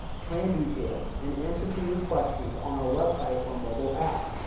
plan details and answers to your questions on our website or mobile app.